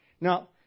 Now